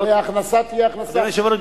אדוני היושב-ראש,